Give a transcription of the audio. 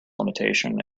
limitation